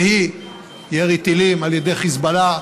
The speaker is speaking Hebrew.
שהיא ירי טילים על ידי חיזבאללה,